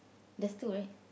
there's two right